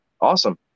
awesome